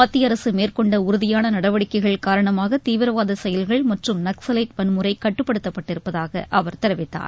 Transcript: மத்திய அரசு மேற்கொண்ட உறதியான நடவடிக்கைகள் காரணமாக தீவிரவாத செயல்கள் மற்றும் நக்ஸலைட் வன்முறை கட்டுப்படுத்தப்பட்டிருப்பதாக அவர் தெரிவித்தார்